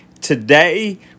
Today